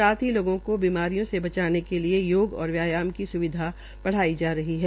साथ ही लोगों को बीमारियों से बचाने के लिए योग और व्यायाम की सुविधा बढ़ाई जा रही है